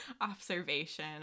observation